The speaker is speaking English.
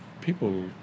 people